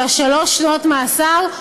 של שלוש שנות המאסר,